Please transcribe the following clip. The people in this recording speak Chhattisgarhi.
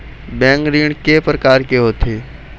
बैंक ऋण के प्रकार के होथे?